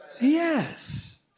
Yes